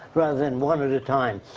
rather than one at a time.